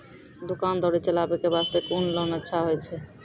दुकान दौरी चलाबे के बास्ते कुन लोन अच्छा होय छै?